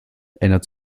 ändert